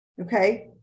okay